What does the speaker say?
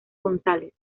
gonzález